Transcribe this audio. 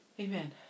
Amen